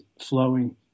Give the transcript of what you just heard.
flowing